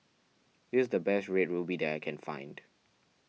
this the best Red Ruby that I can find